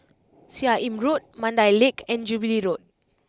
Seah Im Road Mandai Lake and Jubilee Road